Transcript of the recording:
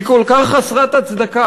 היא כל כך חסרת הצדקה,